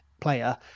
player